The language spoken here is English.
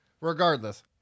Regardless